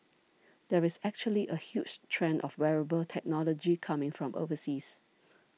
there is actually a huge trend of wearable technology coming from overseas